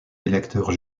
électeurs